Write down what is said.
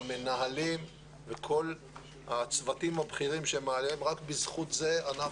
המנהלים וכל הצוותים הבכירים - רק בזכות זה אנחנו